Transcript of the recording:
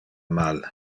mal